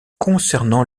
concernant